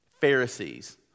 Pharisees